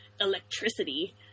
electricity